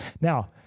Now